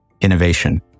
innovation